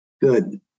Good